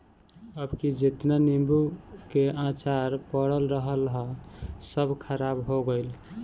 अबकी जेतना नीबू के अचार पड़ल रहल हअ सब खराब हो गइल